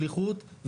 שליחות,